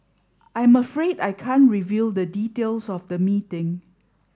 I'm afraid I can't reveal the details of the meeting